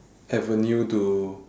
avenue to